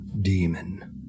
demon